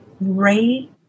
ray